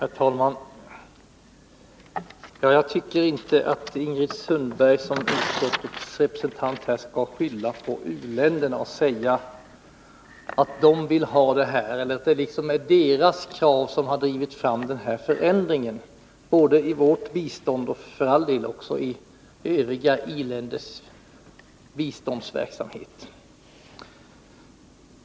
Herr talman! Jag tycker inte att Ingrid Sundberg som utskottets representant skall skylla på u-länderna och säga att det är deras krav som drivit fram förändringen i vårt bistånd och för all del också i övriga i-länders biståndsverksamhet.